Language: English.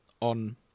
on